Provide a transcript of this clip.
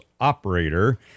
Operator